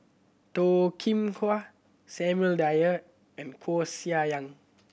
Toh Kim Hwa Samuel Dyer and Koeh Sia Yong